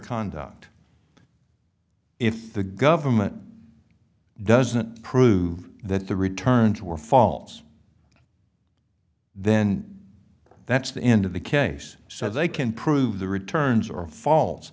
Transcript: conduct if the government doesn't prove that the returns were faults then that's the end of the case so they can prove the returns or fa